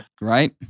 Right